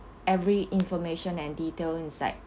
every information and detail inside